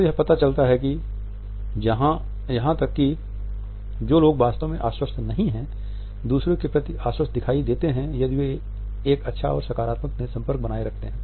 तो यह पता चलता है कि यहां तक कि जो लोग वास्तव में आश्वस्त नहीं हैं दूसरों के प्रति आश्वस्त दिखाई देते हैं यदि वे एक अच्छा और सकारात्मक नेत्र संपर्क बनाए रखते हैं